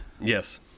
Yes